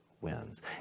wins